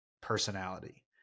personality